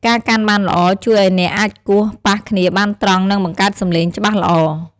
ការកាន់បានល្អ ជួយឲ្យអ្នកអាចគោះប៉ះគ្នាបានត្រង់ និងបង្កើតសំឡេងច្បាស់ល្អ។